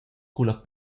culla